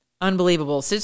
Unbelievable